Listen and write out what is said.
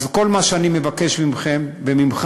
אז כל מה שאני מבקש מכם וממך,